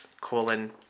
colon